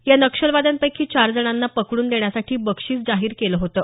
या नक्षलवाद्यांपैकी चार जणांना पकडून देण्यासाठी बक्षीस जाहीर केलं होतं